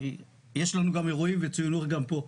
שיש לנו גם אירועים, וציינו אותם גם פה.